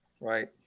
Right